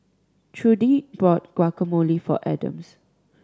Trudie bought Guacamole for Adams